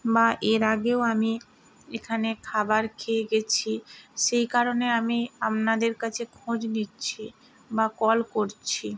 বা এর আগেও আমি এখানে খাবার খেয়ে গেছি সেই কারণে আমি আপনাদের কাছে খোঁজ নিচ্ছি বা কল করছি